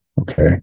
Okay